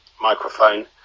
microphone